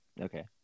Okay